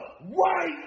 White